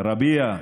רביע,